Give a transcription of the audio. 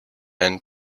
and